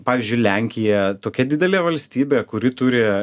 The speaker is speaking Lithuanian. pavyzdžiui lenkija tokia didelė valstybė kuri turi